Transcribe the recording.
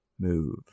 move